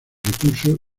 recurso